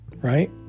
right